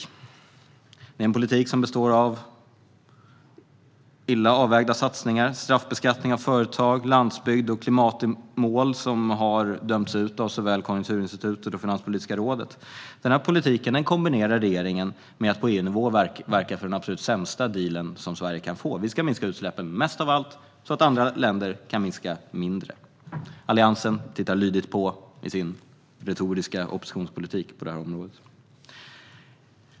Detta är en politik som består av illa avvägda satsningar, straffbeskattning av företag och landsbygds och klimatmål som har dömts ut av såväl Konjunkturinstitutet som Finanspolitiska rådet. Regeringen kombinerar denna politik med att på EU-nivå verka för den absolut sämsta deal som Sverige kan få: Vi ska minska utsläppen mest av alla, så att andra länder kan minska utsläppen mindre. Alliansen tittar lydigt på i sin retoriska oppositionspolitik på det här området.